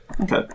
Okay